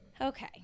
Okay